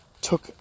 took